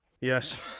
Yes